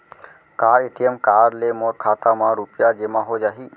का ATM card ले मोर खाता म रुपिया जेमा हो जाही?